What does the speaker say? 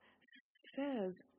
says